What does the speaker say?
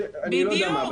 אני לא יודע מה --- בדיוק.